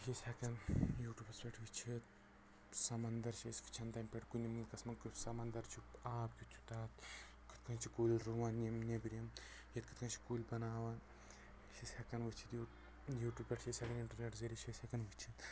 بیٚیہِ چھِ أسۍ ہٮ۪کان یوٗٹوٗبَس پٮ۪ٹھ وٕچھِتھ سمنٛدر چھِ أسۍ وٕچھان تَمہِ پٮ۪ٹھ کُنہِ مُلکُک سَمنٛدر چھُ آب کیُتھ چھُ تَتھ کِتھ کٔنۍ چھِ کُلۍ رُوان یِم نیبرِم ییٚتہِ کِتھ کٔنۍ چھِ کُلۍ بَناوان چھِ أسۍ ہٮ۪کان وٕچھِتھ یوٗ یوٗٹوٗب پٮ۪ٹھ چھِ ہٮ۪کان اِنٹرنیٚٹ ذٔریعہِ چھِ أسۍ ہٮ۪کان وٕچھِتھ